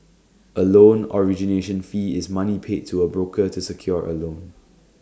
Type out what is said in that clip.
A loan origination fee is money paid to A broker to secure A loan